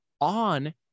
on